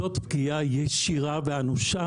זאת פגיעה ישירה ואנושה